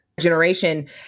generation